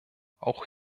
auch